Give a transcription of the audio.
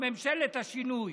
ממשלת השינוי,